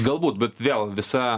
galbūt bet vėl visa